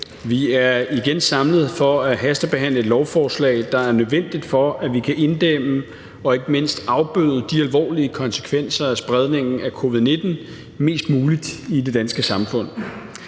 Vi er igen samlet for at hastebehandle et lovforslag, der er nødvendigt for, at vi kan inddæmme og ikke mindst afbøde de alvorlige konsekvenser af spredningen af covid-19 mest muligt i det danske samfund.